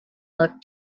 looked